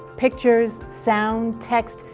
pictures, sound, text,